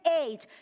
age